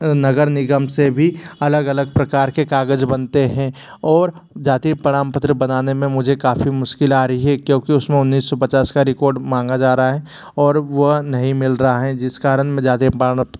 नगर निगम से भी अलग अलग प्रकार के कागज़ बनते हैं और जाति प्रमाणपत्र बनाने में मुझे काफ़ी मुश्किल आ रही है क्योंकि उसमें उन्नीस सौ पचास का रिकॉर्ड मांगा जा रहा है और वह नहीं मिल रहा है जिस कारण मैं जाति प्रमाणपत्र